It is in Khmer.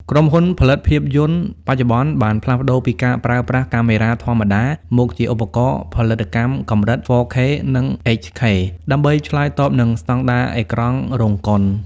ក្រុមហ៊ុនផលិតភាពយន្តបច្ចុប្បន្នបានផ្លាស់ប្តូរពីការប្រើប្រាស់កាមេរ៉ាធម្មតា មកជាឧបករណ៍ផលិតកម្មកម្រិត 4K និង 8K ដើម្បីឆ្លើយតបនឹងស្តង់ដារអេក្រង់រោងកុន។